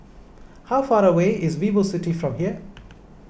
how far away is VivoCity from here